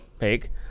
make